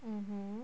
mmhmm